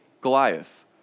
Goliath